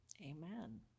Amen